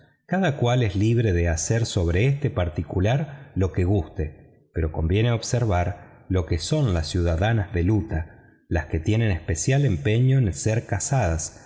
cada cual es libre de hacer sobre este particular lo que guste pero conviene observar lo que son las ciudadanas del utah las que tienen especial empeño en sei asadas